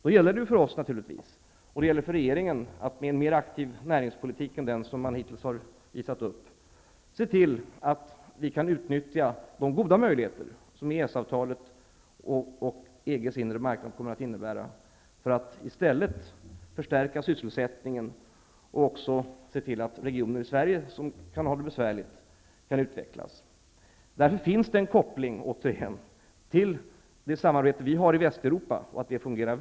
Det gäller för oss och för regeringen att, med en mer aktiv näringspolitik än den som man hittills har visat upp, se till att vi kan utnyttja de goda möjligheter som EES-avtalet och EG:s inre marknad kommer att innebära, för att i stället förstärka sysselsättningen och se till att de regioner i Sverige som kan ha det besvärligt kan utvecklas. Därför finns det en koppling till det samarbete vi har i Västeuropa med EG inom EES.